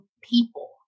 people